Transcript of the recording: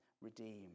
redeemed